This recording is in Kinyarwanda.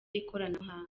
ikoranabuhanga